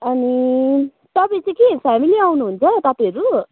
अनि तपाईँ चाहिँ के फेमेली आउनु हुन्छ तपाईँहरू